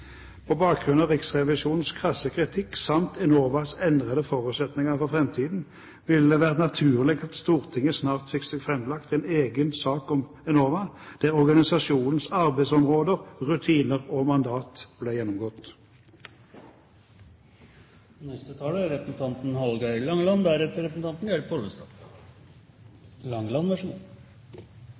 På bakgrunn av Riksrevisjonens krasse kritikk samt Enovas endrede forutsetninger for framtiden ville det vært naturlig at Stortinget snart fikk seg framlagt en egen sak om Enova, der organisasjonens arbeidsområder, rutiner og mandat ble gjennomgått. Enova fyller ti år neste